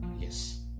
yes